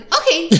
okay